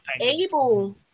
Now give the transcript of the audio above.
able